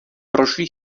prošli